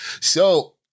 So-